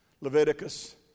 Leviticus